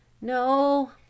No